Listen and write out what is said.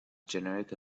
generic